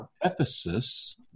Ephesus